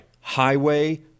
highway